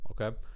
okay